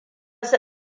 su